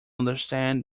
understand